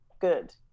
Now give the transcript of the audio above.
good